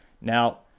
now